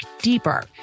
deeper